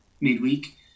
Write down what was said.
midweek